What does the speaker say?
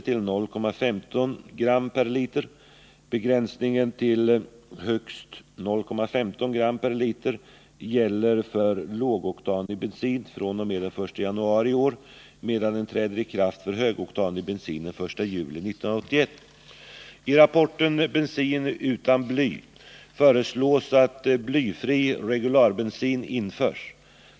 I rapporten Bensin utan bly föreslås att blyfri regularbensin införs.